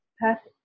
perfect